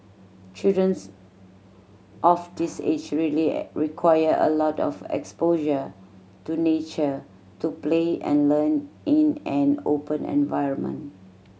children of this age really require a lot of exposure to nature to play and learn in an open environment